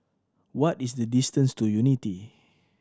what is the distance to Unity